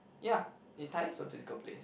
ya it ties to a physical place